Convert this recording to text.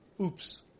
oops